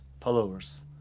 followers